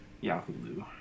Yahoo